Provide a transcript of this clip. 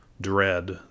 Dread